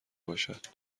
باشد